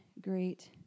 great